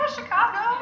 Chicago